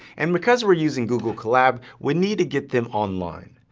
and because we're using google colab, we need to get them online.